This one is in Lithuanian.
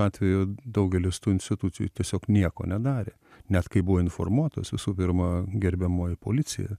atveju daugelis tų institucijų tiesiog nieko nedarė net kai buvo informuotos visų pirma gerbiamoji policija